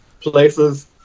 places